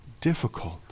difficult